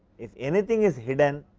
if anything is hidden,